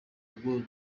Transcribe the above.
ubwo